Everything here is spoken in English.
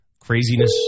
craziness